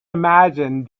imagine